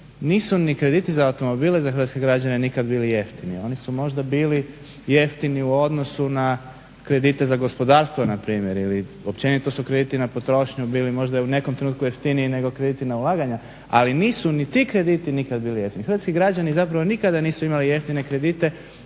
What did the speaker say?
nisu ni krediti za automobile za hrvatske građane nikad bili jeftini. Oni su možda bili jeftini u odnosu na kredite za gospodarstvo npr. ili općenito su krediti na potrošnju bili možda u nekom trenutku jeftiniji nego krediti na ulaganja, ali nisu ni ti krediti nikad bili jeftini. Hrvatski građani zapravo nikada nisu imali jeftine kredite